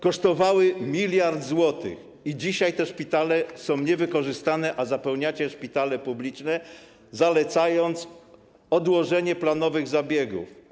Kosztowały 1 mld zł i dzisiaj te szpitale są niewykorzystane, a zapełniacie szpitale publiczne, zalecając odłożenie planowych zabiegów.